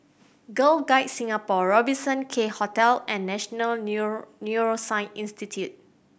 Girl Guides Singapore Robertson Quay Hotel and National Neuroscience Institute